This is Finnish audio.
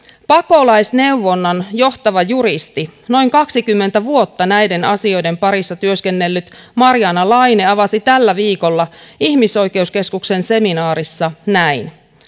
pakolaisneuvonnan johtava juristi noin kaksikymmentä vuotta näiden asioiden parissa työskennellyt marjaana laine avasi asiaa tällä viikolla ihmisoikeuskeskuksen seminaarissa näin